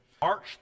March